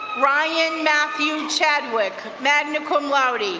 ryan matthew chadwick, magna cum laude,